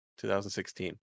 2016